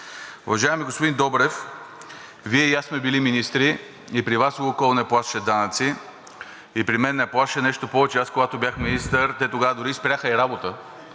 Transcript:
Уважаеми господин Добрев, Вие и аз сме били министри, а при Вас „Лукойл“ не плащаше данъци, и при мен не плащаше. Нещо повече, когато бях министър, те тогава дори спряха работа